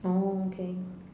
oh okay